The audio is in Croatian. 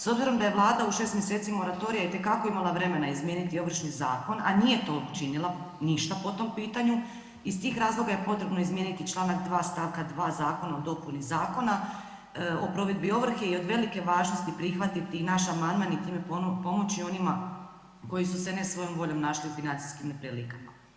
S obzirom da je Vlada u 6 mjeseci moratorija itekako imala vremena izmijeniti Ovršni zakon, a nije to učinila ništa po tom pitanju iz tih razloga je potrebno izmijeniti Članak 2. stavka 2. Zakona o dopuni Zakona o provedbi ovrhe i od velike je važnosti prihvatiti i naš amandman i time pomoći onima koji su se ne svojom voljom našli u financijskim neprilikama.